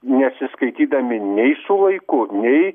nesiskaitydami nei su laiku nei